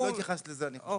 לא התייחסת לזה אני חושב.